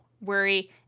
worry